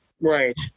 right